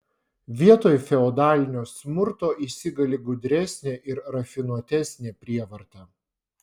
vietoj feodalinio smurto įsigali gudresnė ir rafinuotesnė prievarta